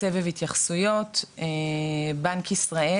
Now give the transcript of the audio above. בבקשה, נציגי בנק ישראל.